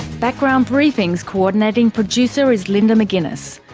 background briefing's coordinating producer is linda mcginness,